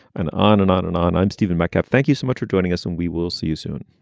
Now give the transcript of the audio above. and on and on and on. i'm stephen metcalf. thank you so much for joining us. and we will see you soon